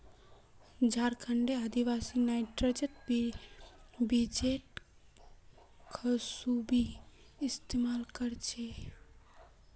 झारखंडेर आदिवासी नाइजर बीजेर बखूबी इस्तमाल कर छेक